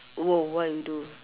!woah! what you do